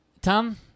Tom